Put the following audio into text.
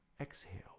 exhale